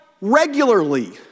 regularly